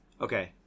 Okay